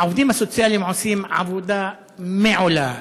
העובדים הסוציאליים עושים עבודה מעולה,